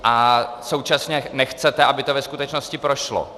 A současně nechcete, aby to ve skutečnosti prošlo.